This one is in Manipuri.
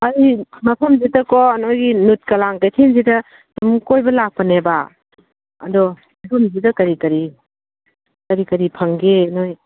ꯑꯩ ꯃꯐꯝꯁꯤꯗꯀꯣ ꯅꯈꯣꯏꯒꯤ ꯅꯨꯠ ꯀꯂꯥꯡ ꯀꯩꯊꯦꯟꯁꯤꯗ ꯁꯨꯝ ꯀꯣꯏꯕ ꯂꯥꯛꯄꯅꯦꯕ ꯑꯗꯣ ꯃꯐꯝꯁꯤꯗ ꯀꯔꯤ ꯀꯔꯤ ꯀꯔꯤ ꯀꯔꯤ ꯐꯪꯕꯒꯦ ꯅꯈꯣꯏ